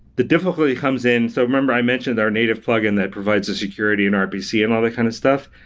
the difficulty comes in so, remember, i mentioned our native plug-in that provides a security in rpc and all that kind of stuff.